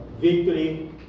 victory